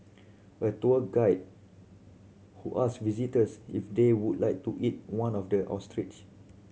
a tour guide who asked visitors if they would like to eat one of the ostrich